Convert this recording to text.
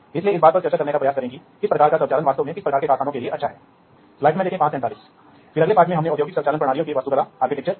और आप के तंत्र का वर्णन करने में सक्षम होंगे बस में उपकरणों के बीच संचार का समन्वय वास्तव में पाठ के इस हिस्से में इस संचार की निचली दो परतों पर चर्चा की जाएगी